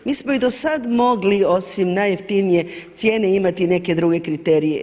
Mi smo i do sada mogli osim najjeftinije cijene imati i neke druge kriterije.